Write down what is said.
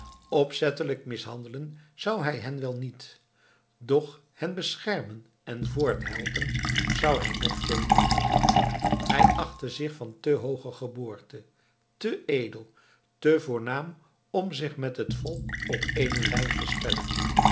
opzettelijk mishandelen zou hij hen wel niet doch hen beschermen en voorthelpen zou hij nog veel minder hij achtte zich van te hooge geboorte te edel te voornaam om zich met het volk op ééne lijn te stellen